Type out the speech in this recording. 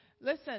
listen